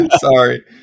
Sorry